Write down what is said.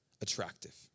attractive